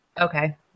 Okay